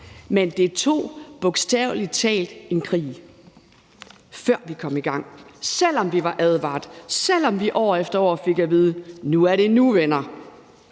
men det tog bogstavelig talt en krig, før vi kom i gang, selv om vi var advaret, selv om vi år efter år fik at vide, at nu er det nu, venner.